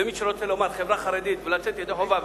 ומי שרוצה לומר "חברה חרדית" ולצאת ידי חובה,